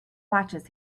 watches